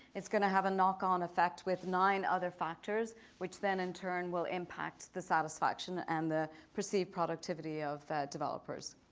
it's going to have a knock-on effect with nine other factors which then in turn will impact the satisfaction and the perceived productivity of the developers.